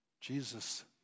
Jesus